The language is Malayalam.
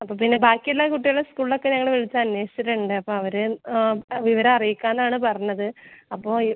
അപ്പോൾപ്പിന്നെ ബാക്കിയെല്ലാ കുട്ടികളും സ്കൂളിലൊക്കെ ഞങ്ങൾ വിളിച്ചന്വേഷിച്ചിട്ടുണ്ടേ അപ്പോൾ അവരെ ആ വിവരം അറീക്കാന്നാണ് പറഞ്ഞത് അപ്പോൾ